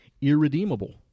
Irredeemable